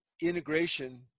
integration